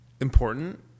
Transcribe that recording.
important